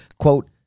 quote